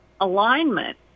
alignment